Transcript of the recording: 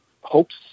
hopes